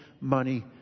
money